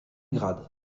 grade